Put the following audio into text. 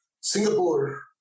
Singapore